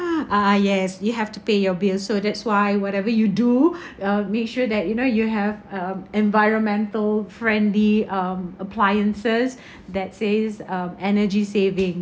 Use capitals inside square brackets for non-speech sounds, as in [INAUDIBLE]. ah yes you have to pay your bill so that's why whatever you do [BREATH] uh make sure that you know you have um environmental friendly um appliances [BREATH] that says um energy saving